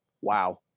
Wow